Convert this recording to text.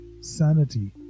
sanity